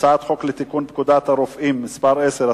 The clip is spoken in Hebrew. הצעת חוק לתיקון פקודת הרופאים (מס' 10),